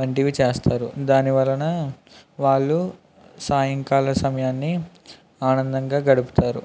వంటివి చేస్తారు దాని వలన వాళ్ళు సాయంకాల సమయాన్ని ఆనందంగా గడుపుతారు